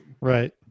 Right